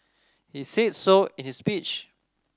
he said so in his speech